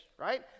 Right